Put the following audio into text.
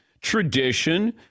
tradition